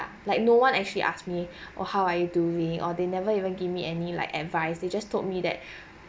like no one actually ask me or how are you doing or they never even give me any like advise they just told me that